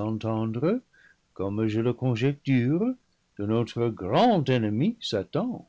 s'entendre comme je le conjecture de notre grand ennemi satan